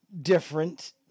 different